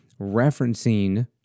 referencing